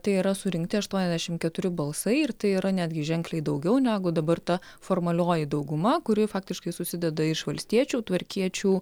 tai yra surinkti aštuoniasdešim keturi balsai ir tai yra netgi ženkliai daugiau negu dabar ta formalioji dauguma kuri faktiškai susideda iš valstiečių tvarkiečių